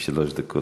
שלוש דקות.